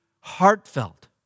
heartfelt